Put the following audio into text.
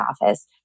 office